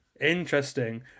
Interesting